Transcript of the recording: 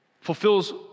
fulfills